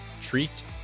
treat